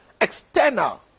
external